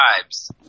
tribes